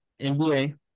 NBA